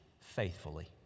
faithfully